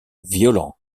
violent